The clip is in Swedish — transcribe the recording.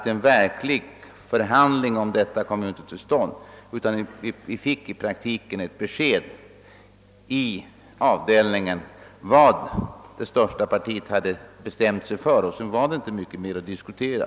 Några verkliga förhandlingar kom i realiteten inte till stånd, utan i praktiken fick vi i avdelningen ett besked om vad det största partiet hade bestämt sig för. Sedan var det inte mycket mera att diskutera.